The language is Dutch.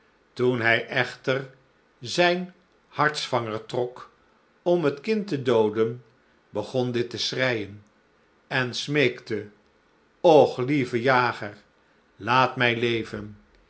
toen hij echter zijn hartsvanger trok om het kind te dooden begon dit te schreijen en smeekte och lieve jager laat mij leven